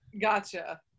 Gotcha